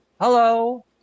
Hello